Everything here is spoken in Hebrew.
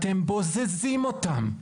אתם בוזזים אותם.